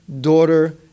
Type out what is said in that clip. Daughter